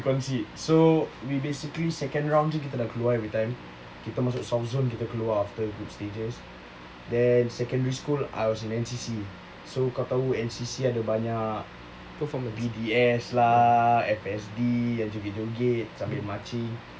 performance